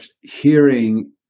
hearing